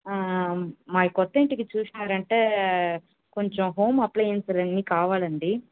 మా కొత్త ఇంటికి చూసినారంటే కొంచెం హోమ్ అప్లయన్స్లు అన్ని కావాలండి